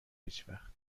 هیچوقت